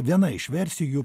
viena iš versijų